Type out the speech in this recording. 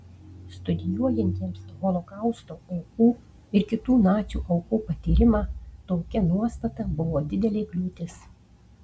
studijuojantiems holokausto aukų ir kitų nacių aukų patyrimą tokia nuostata buvo didelė kliūtis